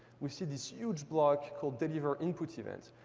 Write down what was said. we see this huge block called deliver input event.